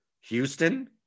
Houston